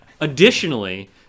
Additionally